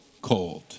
cold